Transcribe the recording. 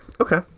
Okay